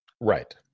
right